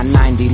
90